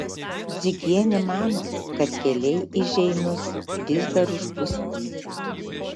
dzigienė mano kad keliai į žeimius vis dar užpustyti